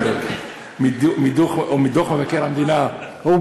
טרכטנברג או מדוח מבקר המדינה, תשנה למכלוף.